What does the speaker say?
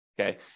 okay